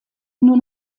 nur